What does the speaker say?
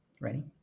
Ready